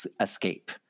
escape